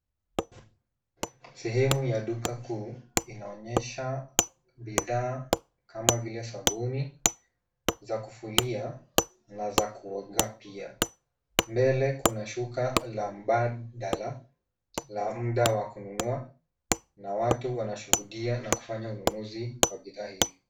Sehemu ya duka kuu inaonyesha bidhaa kama vile sabuni za kufulia na za kuoga pia. Mbele kuna shuka la mbadala la mda wa kununua na watu wanashuhudia na kufanya ununuzi wa bidhaa hizi.